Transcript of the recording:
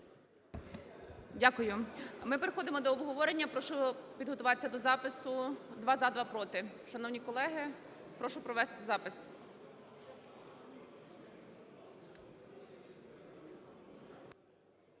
Дякую. Ми переходимо до обговорення, прошу підготуватися до запису: два – за, два – проти. Шановні колеги, прошу провести запис.